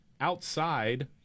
outside